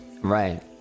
Right